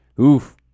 Oof